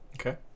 okay